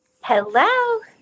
Hello